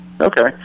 Okay